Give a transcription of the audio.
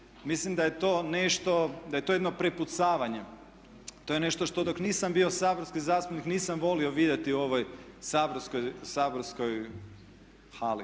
mislim da je to nešto, da je to jedno prepucavanje. To je nešto što dok nisam bio saborski zastupnik nisam volio vidjeti u ovoj saborskoj hali.